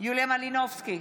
יוליה מלינובסקי,